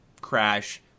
Crash